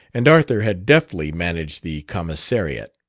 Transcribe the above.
and arthur had deftly managed the commissariat.